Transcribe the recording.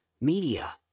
media